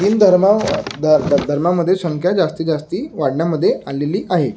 हे तीन धर्म धर्मामध्ये संख्या जास्ती जास्ती वाढण्यामध्ये आलेली आहे